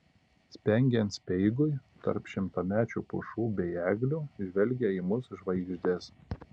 spengiant speigui tarp šimtamečių pušų bei eglių žvelgė į mus žvaigždės